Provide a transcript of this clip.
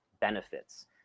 benefits